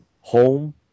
Home